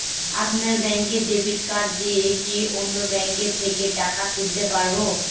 আপনার ব্যাংকের debit card দিয়ে কি অন্য ব্যাংকের থেকে টাকা তুলতে পারবো?